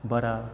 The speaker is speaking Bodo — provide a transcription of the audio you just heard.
बारा